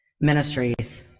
ministries